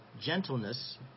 gentleness